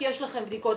כי יש לכם בדיקות.